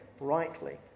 rightly